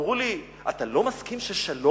אמרו לי: אתה לא מסכים ששלום,